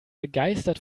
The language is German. begeistert